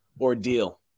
ordeal